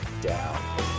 down